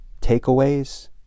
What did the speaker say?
takeaways